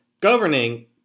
governing